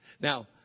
Now